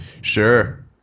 Sure